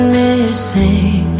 missing